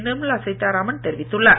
நிர்மலா சீத்தாராமன் தெரிவித்துள்ளார்